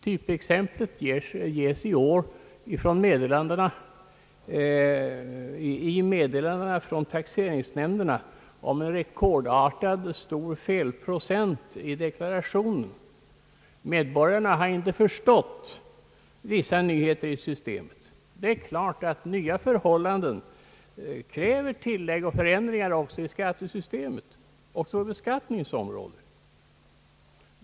Typexemplet ges i år när taxeringsnämnderna talar om en rekordartat stor felprocent i deklarationerna. Medborgarna har inte förstått vissa nyheter i systemet. Det är klart att nya förhållanden nödvändiggör tillägg och ändringar också på beskattningens områ de.